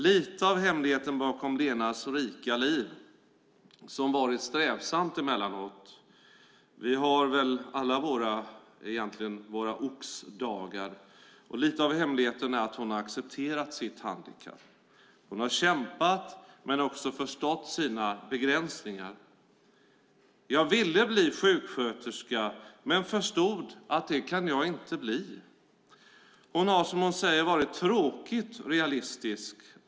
Lite av hemligheten bakom Lenas rika liv, som har varit strävsamt emellanåt - vi har väl alla våra oxdagar - är att hon har accepterat sitt handikapp. Hon har kämpat men också förstått sina begränsningar. "Jag ville bli sjuksköterska men förstod att det kan jag inte bli." Hon har som hon säger varit tråkigt realistisk.